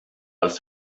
dels